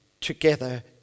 together